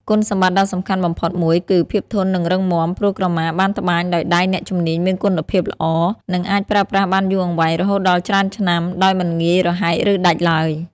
គុណសម្បត្តិដ៏សំខាន់បំផុតមួយគឺ ភាពធន់និងរឹងមាំ ព្រោះក្រមាបានត្បាញដោយដៃអ្នកជំនាញមានគុណភាពល្អ និងអាចប្រើប្រាស់បានយូរអង្វែងរហូតដល់ច្រើនឆ្នាំ ដោយមិនងាយរហែកឬដាច់ឡើយ។